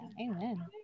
amen